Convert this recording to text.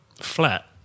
flat